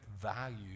value